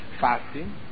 fasting